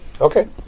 Okay